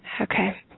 Okay